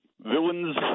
villains